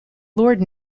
lord